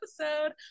episode